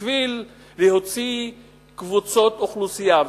כדי להוציא קבוצות אוכלוסייה,